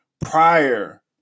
prior